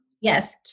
Yes